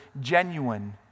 genuine